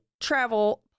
travel